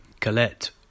Colette